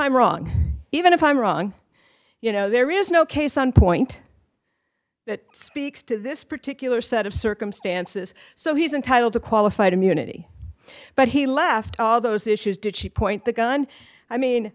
i'm wrong even if i'm wrong you know there is no case on point that speaks to this particular set of circumstances so he's entitled to qualified immunity but he left all those issues did she point the gun i mean